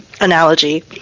analogy